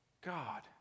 God